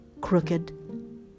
crooked